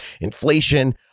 inflation